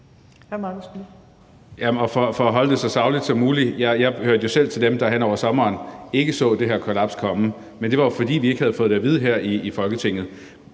For at holde det så sagligt som muligt vil jeg sige, at jeg jo selv hørte til dem, der hen over sommeren ikke så det her kollaps komme. Men det var jo, fordi vi ikke havde fået det at vide her i Folketinget.